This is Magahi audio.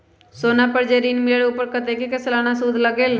सोना पर जे ऋन मिलेलु ओपर कतेक के सालाना सुद लगेल?